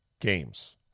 games